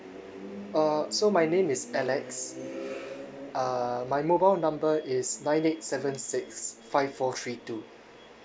uh so my name is alex uh my mobile number is nine eight seven six five four three two